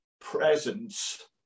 presence